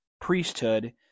priesthood